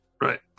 Right